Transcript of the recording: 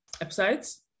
episodes